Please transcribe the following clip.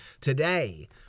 Today